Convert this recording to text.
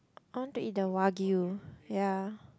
I want to eat the Wagyu ya